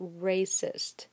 racist